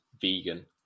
vegan